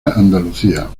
andalucía